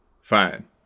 Fine